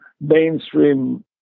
mainstream